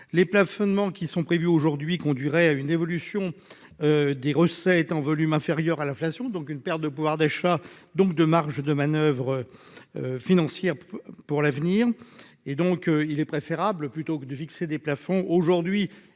les plafonnement qui sont prévues aujourd'hui, conduirait à une évolution des recettes en volume inférieur à l'inflation, donc une perte de pouvoir d'achat, donc de marges de manoeuvre financières pour l'avenir et donc il est préférable, plutôt que de fixer des plafonds aujourd'hui